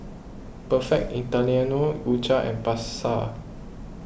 Perfect Italiano U Cha and Pasar